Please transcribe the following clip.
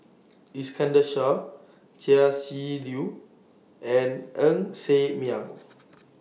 Iskandar Shah Chia Shi Lu and Ng Ser Miang